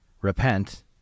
repent